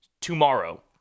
tomorrow